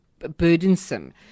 Burdensome